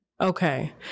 Okay